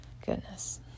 Goodness